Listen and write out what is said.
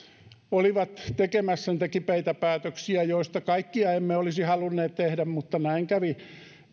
olivat tekemässä niitä kipeitä päätöksiä joista kaikkia emme olisi halunneet tehdä mutta näin kävi